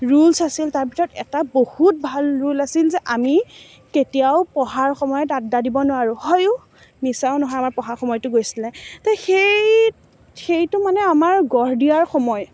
rules আছিল তাৰ ভিতৰত এটা বহুত ভাল ৰোল আছিল যে আমি কেতিয়াও পঢ়াৰ সময়ত আদ্দা দিব নোৱাৰোঁ হয়ো মিছাও নহয় আমাৰ পঢ়াৰ সময়টো গৈছিলে তে সেই সেইটো মানে আমাৰ গঢ় দিয়াৰ সময়